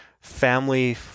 family